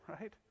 Right